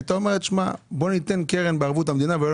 הייתה אומרת שניתן קרן בערבות המדינה ואז לא